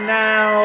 now